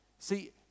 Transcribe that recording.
See